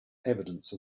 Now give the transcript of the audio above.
evidence